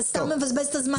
אתה סתם מבזבז את הזמן.